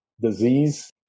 disease